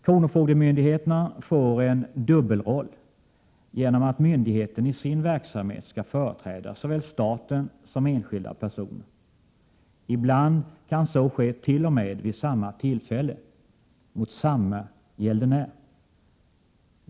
Kronofogdemyndigheterna får en dubbelroll genom att myndigheten i sin verksamhet skall företräda såväl staten som enskilda personer. Ibland kan så ske t.o.m. vid samma tillfälle mot samme gäldenär.